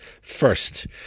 first